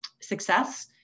success